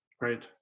Right